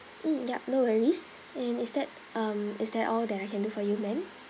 mm yup no worries and is that um is that all that I can do for you ma'am